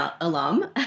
alum